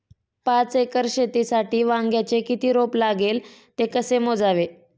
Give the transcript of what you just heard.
पाच एकर शेतीसाठी वांग्याचे किती रोप लागेल? ते कसे मोजावे?